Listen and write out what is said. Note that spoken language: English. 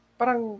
parang